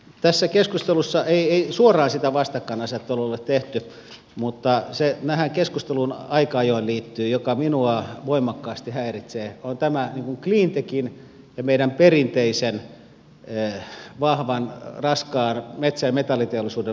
tässä keskustelussa ei suoraan sitä vastakkainasettelua ole tehty mutta se mikä keskusteluun aika ajoin liittyy ja joka minua voimakkaasti häiritsee on cleantechin ja meidän perinteisen vahvan raskaan metsä ja metalliteollisuuden vastakkainasettelu